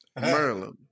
Maryland